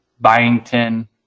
Byington